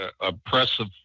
oppressive